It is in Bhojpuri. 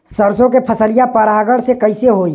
सरसो के फसलिया परागण से कईसे होई?